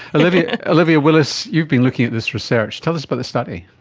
olivia olivia willis, you've been looking at this research. tell us about the study.